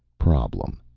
problem.